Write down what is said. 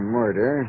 murder